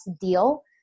deal